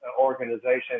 organization